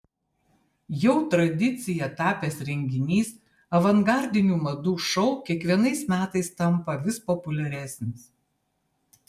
jau tradicija tapęs renginys avangardinių madų šou kiekvienais metais tampa vis populiaresnis